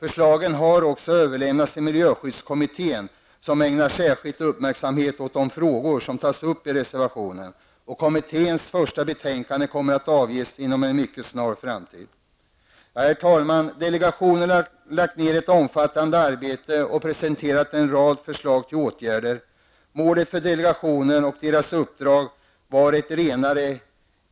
Förslagen har överlämnats till miljöskyddskommittén, som ägnar särskild uppmärksamhet åt de frågor som tas upp i reservationerna. Kommittén kommer att avge sitt första betänkande inom en mycket snar framtid. Herr talman! Delegationen har lagt ned ett omfattande arbete och presenterat en rad förslag till åtgärder. Målet för delegationen och dess uppdrag har varit att åstadkomma ett renare